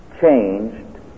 changed